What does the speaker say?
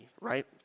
right